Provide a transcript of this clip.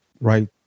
right